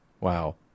Wow